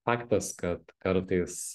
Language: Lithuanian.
faktas kad kartais